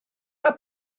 mae